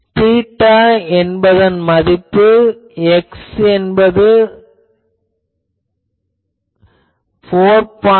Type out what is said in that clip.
θs என்பதன் மதிப்பு x என்பது 4